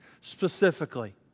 specifically